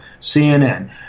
CNN